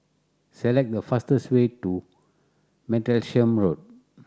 select the fastest way to Martlesham Road